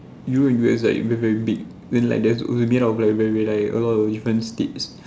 Europe and U_S like very very big then like there's also made up like a lot of different states